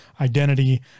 identity